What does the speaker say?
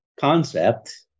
concept